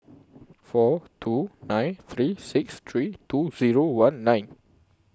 four two nine three six three two Zero one nine